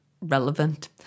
relevant